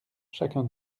chacun